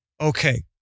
okay